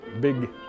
big